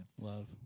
love